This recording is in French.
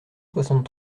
soixante